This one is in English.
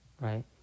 right